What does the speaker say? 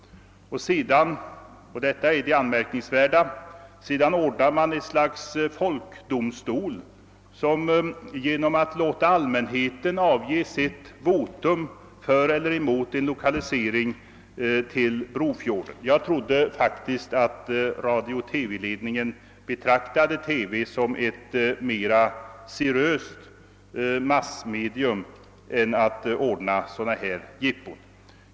Sedan — och detta är det anmärkningsvärda — ordnar man ett slags folkdomstol, som låter allmänheten avge sitt votum för celler emot en lokalisering till Brofjorden. Jag trodde faktiskt att radiooch TV-ledningen betraktade. TV som ett mera seriöst massmedium, där det inte skall ordnas sådana jippon.